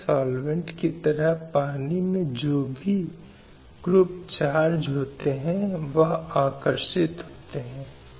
slide समय संदर्भ 0727 यह घोषणा भी हिंसा की अवधारणा को परिभाषित करने और महिलाओं के खिलाफ हिंसा के दायरे में आती है